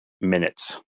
minutes